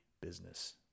business